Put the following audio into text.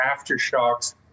aftershocks